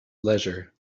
leisure